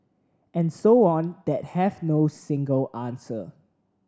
and so on that have no single answer